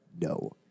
no